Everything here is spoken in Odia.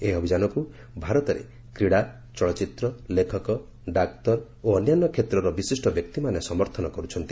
ଏହି ଅଭିଯାନକୁ ଭାରତରେ କ୍ରୀଡା ଚଳଚ୍ଚିତ୍ର ଲେଖକ ଡାକ୍ତର ଓ ଅନ୍ୟାନ୍ୟ କ୍ଷେତ୍ରର ବିଶିଷ୍ଟ ବ୍ୟକ୍ତିମାନେ ସମର୍ଥନ କରୁଛନ୍ତି